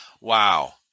Wow